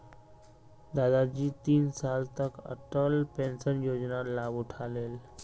दादाजी तीन साल तक अटल पेंशन योजनार लाभ उठा ले